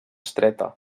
estreta